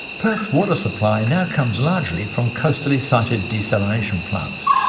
perth's water supply now comes largely from coastally sited desalination plants.